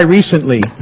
recently